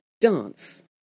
dance